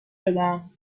بدم